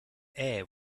air